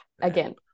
again